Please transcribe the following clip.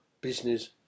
business